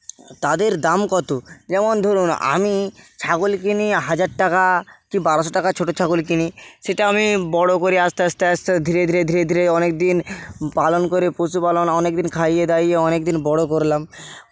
তাদের দাম কত যেমন ধরুন আমি ছাগল কিনি হাজার টাকা কি বারোশো টাকার ছোটো ছাগল কিনি সেটা আমি বড়ো করি আস্তে আস্তে আস্তে ধীরে ধীরে ধীরে ধীরে অনেকদিন পালন করে পশুপালন অনেক দিন খাইয়ে দাইয়ে অনেক দিন বড়ো করলাম